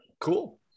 cool